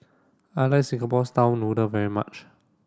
I like Singapore style noodle very much